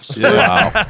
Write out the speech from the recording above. Wow